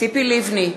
ציפי לבני,